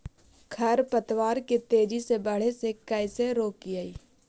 खर पतवार के तेजी से बढ़े से कैसे रोकिअइ?